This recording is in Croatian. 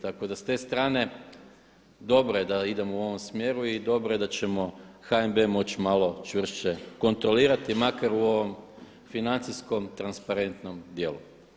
Tako da s te strane dobro je da idemo u ovom smjeru i dobro je da ćemo HNB moći malo čvršće kontrolirati makar u ovom financijskom transparentnom djelu.